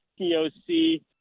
POC